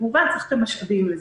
כמובן צריך גם משאבים לזה.